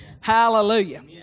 Hallelujah